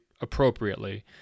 appropriately